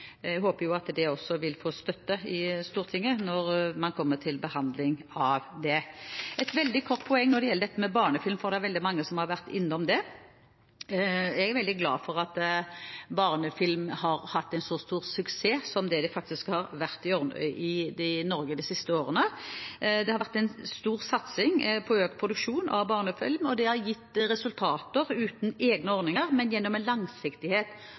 vil få støtte i Stortinget når man kommer til behandlingen av det. Et veldig kort poeng når det gjelder dette med barnefilm, for det er veldig mange som har vært innom det: Jeg er veldig glad for at barnefilm har hatt en så stor suksess som den faktisk har hatt i Norge de siste årene. Det har vært en stor satsing på økt produksjon av barnefilm, og det har gitt resultater. Det har skjedd uten egne ordninger, men gjennom langsiktighet